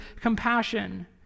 compassion